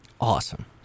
Awesome